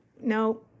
no